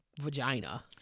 vagina